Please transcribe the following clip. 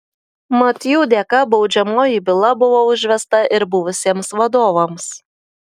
mat jų dėka baudžiamoji byla buvo užvesta ir buvusiems vadovams